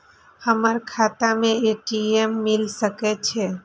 हमर खाता में ए.टी.एम मिल सके छै?